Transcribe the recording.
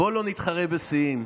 בואו לא נתחרה בשיאים,